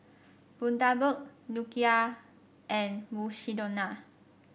Bundaberg Nokia and Mukshidonna